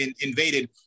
invaded